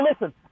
listen